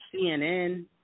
CNN